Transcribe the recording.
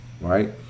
Right